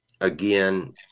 again